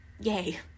Yay